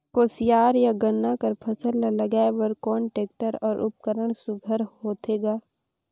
कोशियार या गन्ना कर फसल ल लगाय बर कोन टेक्टर अउ उपकरण सुघ्घर होथे ग?